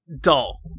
dull